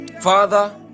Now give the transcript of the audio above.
Father